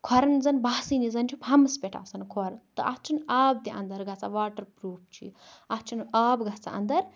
کھوٚرَن زَن باسٲنی زن چھُ پھمبَس پیٹھ آسان کھور تہ اَتھ چھُنہِ آب تہِ اَندر گَژھان واٹر پروٗف چھُ یہِ اَتھ چھُنہٕ آب گَژھان اَندر